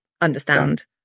understand